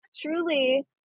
truly